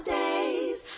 days